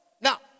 Now